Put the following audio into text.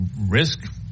risk